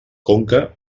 conca